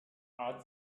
art